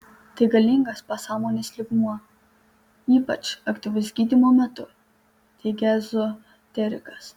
tai galingas pasąmonės lygmuo ypač aktyvus gydymo metu teigia ezoterikas